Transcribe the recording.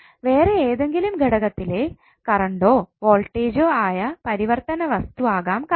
വേറെ ഏതെങ്കിലും ഘടകത്തിലെ കറണ്ടോ വോൾടേജോ ആയ പരിവര്ത്തന വസ്തു ആകാം കാരണം